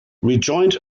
rejoined